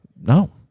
no